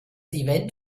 event